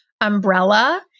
umbrella